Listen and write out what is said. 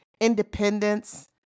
independence